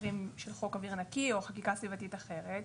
ה-מיינסטרים של חוק אוויר נקי או חקיקה סביבתית אחרת.